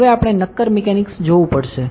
હવે આપણે નક્કર મિકેનિક્સ જોવું પડશે